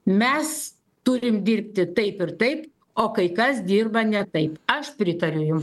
mes turim dirbti taip ir taip o kai kas dirba ne taip aš pritariu jum